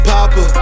Papa